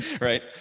right